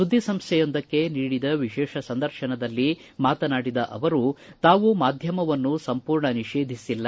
ಸುದ್ದಿ ಸಂಸ್ಥೆಯೊಂದಕ್ಕೆ ನೀಡಿದ ವಿಶೇಷ ಸಂದರ್ಶನದಲ್ಲಿ ಮಾತನಾಡಿದ ಅವರು ತಾವು ಮಾಧ್ಯಮವನ್ನು ಸಂಪೂರ್ಣ ನಿಷೇಧಿಸಿಲ್ಲ